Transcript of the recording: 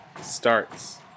starts